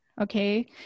Okay